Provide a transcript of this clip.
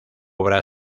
obra